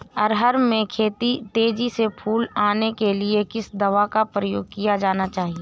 अरहर में तेजी से फूल आने के लिए किस दवा का प्रयोग किया जाना चाहिए?